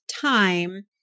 time